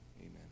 amen